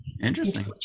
interesting